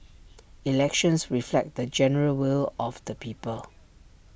elections reflect the general will of the people